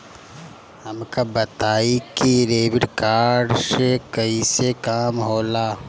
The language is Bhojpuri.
हमका बताई कि डेबिट कार्ड से कईसे काम होला?